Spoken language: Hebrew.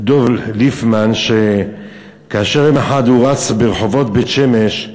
דב ליפמן, שכאשר יום אחד הוא רץ ברחובות בית-שמש,